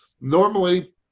normally